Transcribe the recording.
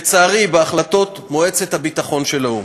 לצערי, בהחלטות מועצת הביטחון של האו"ם.